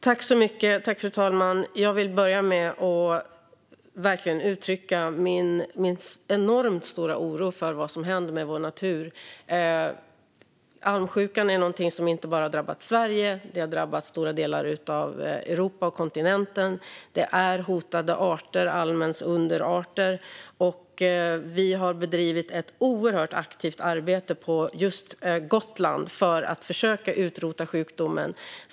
Fru talman! Till att börja med vill jag verkligen uttrycka min enormt stora oro för vad som händer med vår natur. Almsjukan har drabbat inte bara Sverige. Den har drabbat stora delar av Europa och kontinenten. Almens underarter är också hotade. Vi har bedrivit ett aktivt arbete på just Gotland för att försöka utrota sjukdomen.